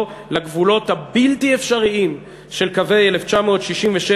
לגבולות הבלתי-אפשריים של קווי 1967,